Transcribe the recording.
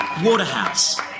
Waterhouse